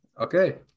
Okay